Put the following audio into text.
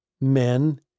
men